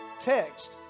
text